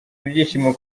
ibyishimo